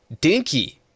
dinky